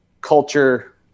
culture